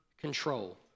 control